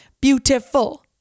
Beautiful